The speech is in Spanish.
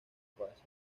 pasarían